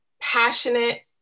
passionate